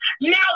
Now